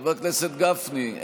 חבר הכנסת גפני,